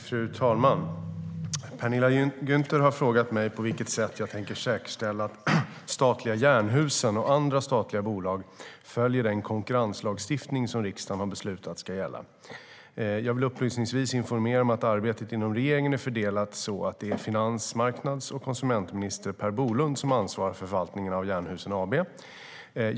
Fru talman! Penilla Gunther har frågat mig på vilket sätt jag tänker säkerställa att statliga Jernhusen - och andra statliga bolag - följer den konkurrenslagstiftning som riksdagen har beslutat ska gälla. Jag vill upplysningsvis informera om att arbetet inom regeringen är fördelat så att det är finansmarknads och konsumentminister Per Bolund som ansvarar för förvaltningen av Jernhusen AB.